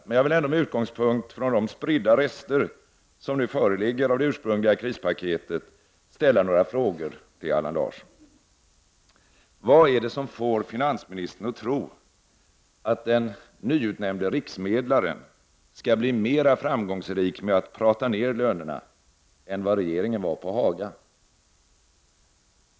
Men jag vill ändå med utgångspunkt i de spridda rester som nu föreligger av det ursprungliga krispaketet ställa några frågor till Allan Larsson. Vad är det som får finansministern att tro att den nyutnämnde riksmedlaren skall bli mera framgångsrik med att ”prata ned” lönerna än vad regeringen var på Haga?